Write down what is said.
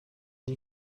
n’y